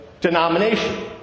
denomination